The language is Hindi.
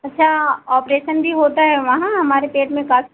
अच्छा ऑपरेशन भी होता है वहाँ हमारे पेट में काफी